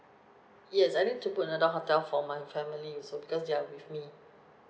yes I need to book another hotel for my family also because they're with me